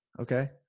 Okay